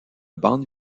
bande